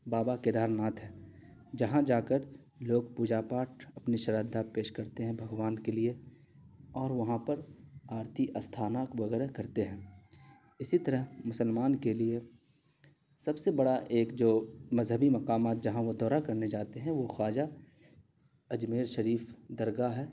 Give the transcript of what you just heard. بابا کیدار ناتھ ہے جہاں جا کر لوگ پوجا پاٹھ اپنی شردھا پیش کرتے ہیں بھگوان کے لیے اور وہاں پر آرتی استھاناک وغیرہ کرتے ہیں اسی طرح مسلمان کے لیے سب سے بڑا ایک جو مذہبی مقامات جہاں وہ دورہ کرنے جاتے ہیں وہ خواجہ اجمیر شریف درگاہ ہے